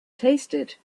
tasted